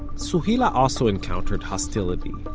sohila's also encountered hostility.